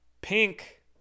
Pink